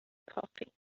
coffee